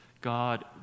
God